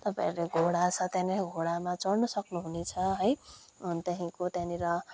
तपाईँहरू घोडा छ त्यहाँनिर घोडामा चढ्न सक्नु हुनेछ है अन्त त्यहाँदेखिको त्यहाँनिर